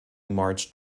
march